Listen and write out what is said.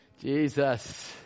Jesus